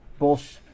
bullsh